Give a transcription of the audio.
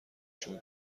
جون